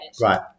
Right